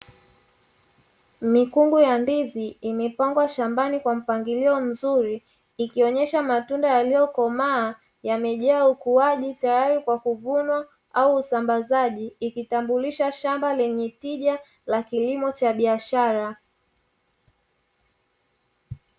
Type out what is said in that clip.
Mikungu ya ndizi imepangwa shambani kwa mpangilio mzuri ikionyesha matunda yaliyokomaa yamejaa ukuaji tayali kwa kuvunwa au usambazaji ikitambulisha shamba lenye tija la kilimo cha biashara.